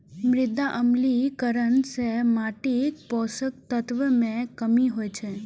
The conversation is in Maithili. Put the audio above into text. मृदा अम्लीकरण सं माटिक पोषक तत्व मे कमी होइ छै